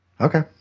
Okay